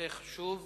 נושא חשוב.